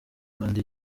rwanda